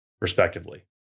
respectively